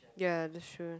ya that's true